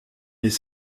les